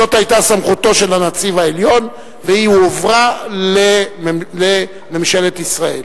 זאת היתה סמכותו של הנציב העליון והיא הועברה לממשלת ישראל,